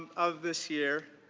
of this year,